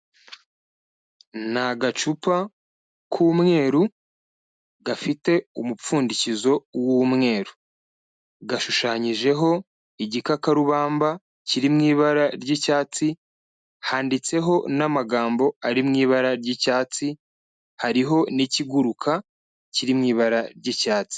Ni agacupa k'umweru gafite umupfundikizo w'umweru, gashushanyijeho igikakarubamba kiri mu ibara ry'icyatsi, handitseho n'amagambo ari mu ibara ry'icyatsi, hariho n'ikiguruka kiri mu ibara ry'icyatsi.